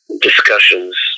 discussions